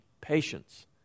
patience